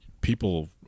people